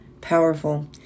Powerful